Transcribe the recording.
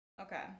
Okay